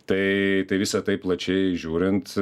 tai tai visa tai plačiai žiūrint